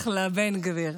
אחלה בן גביר.